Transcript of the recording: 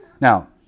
Now